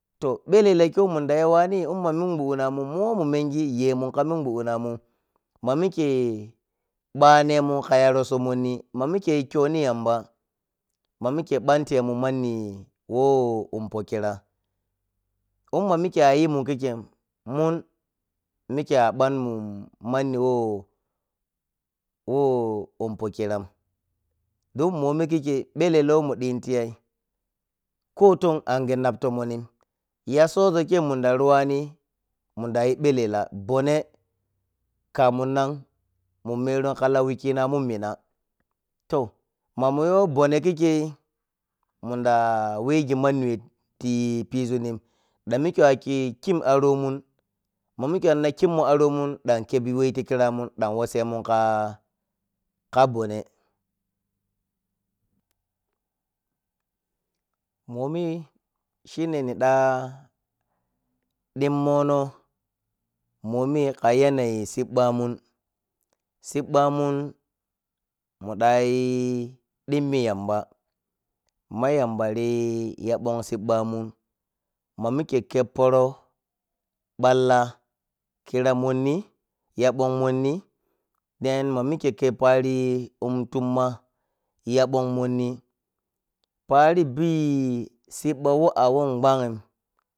Toh, blelela kei munda yuwani inma minguddinawun mu murnmenngi yemun ka ninguddinanum ma mike banemun kaya rosso monni ma mike yi khoni yamba ma mike bantemum manni who umpokira umma mikkei ayimun kikkei mun mike abanmun manni wha who umpo kiran dun mboomi kikkei belela who mun ɗhi tiyay koton ange nap tomonhi yasoso kei munda ruwani mundayi belela mbone kamun nan mun meru ka la wukinamun mina toh, ma munyo mbone kikkei munɗa whengi maniwe tipizunni ɗan mike waki kimmmu aroumun dan khebi whenti kiramun ɗan wassemun ka mbone momi shine ni da ɗinmono momi kayanayi sibb mun, sibbmun muɗayi ɗinmi yamba ma yambari yabong sibbamun mamike khepporo balla kira monni yabon monni den ma mike khep pari umtumma yabong monni paribi sibba whe awhon gwanhi.